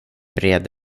bred